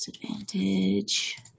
disadvantage